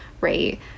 right